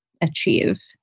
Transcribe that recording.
achieve